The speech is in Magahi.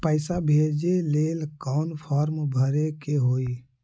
पैसा भेजे लेल कौन फार्म भरे के होई?